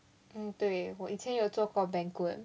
嗯对我以前有做过 banquet